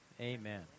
Amen